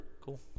cool